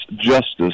justice